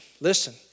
listen